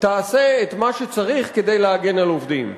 יעשו את מה שצריך כדי להגן על עובדים?